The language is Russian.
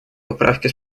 поправки